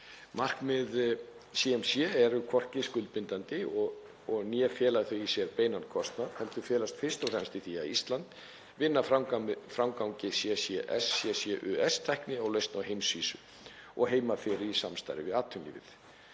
Markmið CMC eru hvorki skuldbindandi né fela þau í sér beinan kostnað heldur felast þau fyrst og fremst í því að Ísland vinni að framgangi CCS/CCUS-tækni og lausna á heimsvísu og heima fyrir í samstarfi við atvinnulífið.